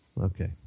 okay